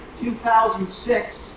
2006